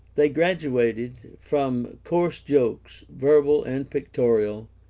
they graduated from coarse jokes, verbal and pictorial,